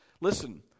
Listen